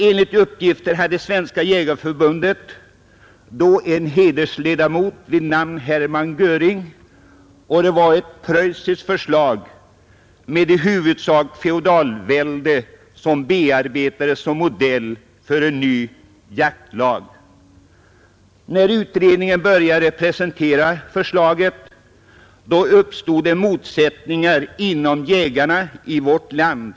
Enligt uppgifter hade Svenska jägareförbundet då en hedersledamot vid namn Hermann Göring, och ett preussiskt förslag med i huvudsak feodalväldet såsom förebild bearbetades såsom modell för en ny jaktlag. När utredningen började presentera sitt förslag uppstod motsättningar bland jägarna i vårt land.